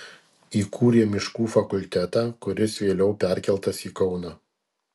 įkūrė miškų fakultetą kuris vėliau perkeltas į kauną